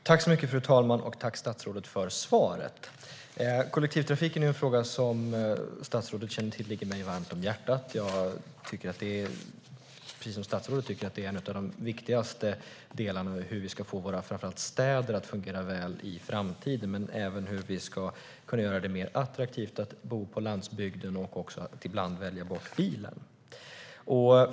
Fru talman! Tack för svaret, statsrådet! Statsrådet känner till att kollektivtrafiken är en fråga som ligger mig varmt om hjärtat. Jag tycker precis som statsrådet att det är en av de viktigaste delarna i hur vi framför allt ska få våra städer att fungera väl i framtiden men även i hur vi ska kunna göra det mer attraktivt att bo på landsbygden och ibland välja bort bilen.